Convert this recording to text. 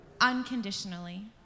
unconditionally